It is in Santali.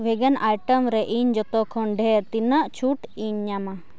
ᱵᱷᱮᱜᱟᱱ ᱟᱭᱴᱮᱢᱨᱮ ᱤᱧ ᱡᱚᱛᱚᱠᱷᱚᱱ ᱰᱷᱮᱨ ᱛᱤᱱᱟᱹᱜ ᱪᱷᱩᱴᱼᱤᱧ ᱧᱟᱢᱟᱜ